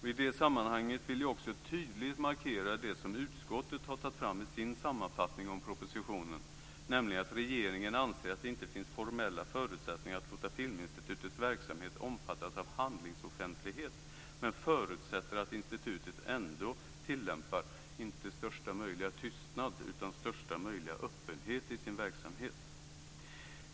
I det sammanhanget vill jag också tydligt markera det som utskottet har tagit fram i sin sammanfattning av propositionen, nämligen att regeringen anser att det inte finns formella förutsättningar att låta Filminstitutets verksamhet omfattas av handlingsoffentlighet men förutsätter att institutet ändå tillämpar inte största möjliga tystnad utan största möjliga öppenhet i sin verksamhet.